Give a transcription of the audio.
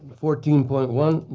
fourteen point one,